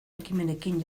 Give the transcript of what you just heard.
ekimenekin